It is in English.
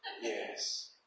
Yes